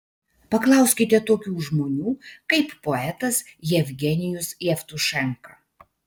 paklauskite tokių žmonių kaip poetas jevgenijus jevtušenka